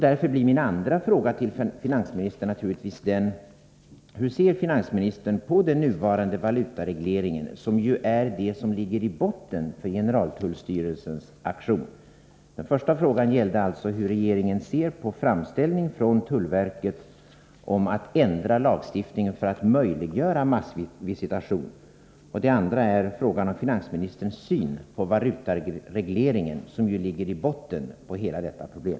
Därför blir min andra fråga till finansministern: Hur ser finansministern på den nuvarande valutaregleringen, som ju ligger i botten när det gäller generaltullstyrelsens aktion? Jag upprepar mina frågor: 1. Hur ser regeringen på tullverkets framställning om en ändring av lagstiftningen för att möjliggöra massvisitation? 2. Hur ser finansministern på valutaregleringen, som ju ligger i botten på hela detta problem?